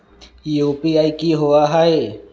UPI कि होअ हई?